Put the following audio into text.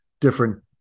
different